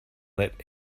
let